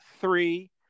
three